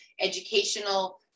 educational